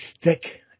stick